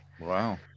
Wow